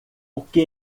porque